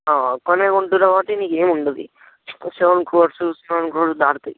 ఒక్కనివే కొంటున్నావు అంటే నీకు ఏం ఉండదు సెవెన్ క్రోర్స్ సెవెన్ క్రోర్స్ దాటుతాయి